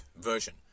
version